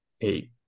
eight